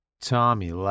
Tommy